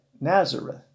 Nazareth